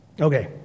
Okay